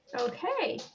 Okay